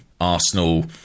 Arsenal